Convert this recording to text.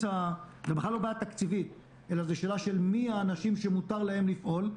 זה בכלל לא בעיה תקציבית אלא זו שאלה מי הם האנשים שמותר להם לפעול.